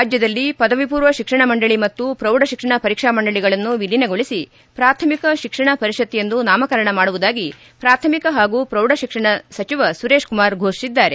ರಾಜ್ಜದಲ್ಲಿ ಪದವಿ ಪೂರ್ವ ಶಿಕ್ಷಣ ಮಂಡಳಿ ಮತ್ತು ಪ್ರೌಢಶಿಕ್ಷಣ ಪರೀಕ್ಷಾ ಮಂಡಳಗಳನ್ನು ವಿಲೀನಗೊಳಿಸಿ ಪ್ರಾಥಮಿಕ ಶಿಕ್ಷಣ ಪರಿಷತ್ ಎಂದು ನಾಮಕರಣ ಮಾಡುವುದಾಗಿ ಪ್ರಾಥಮಿಕ ಹಾಗೂ ಪ್ರೌಢಶಿಕ್ಷಣ ಸಚಿವ ಸುರೇಶ್ ಕುಮಾರ್ ಘೋಷಿಸಿದ್ದಾರೆ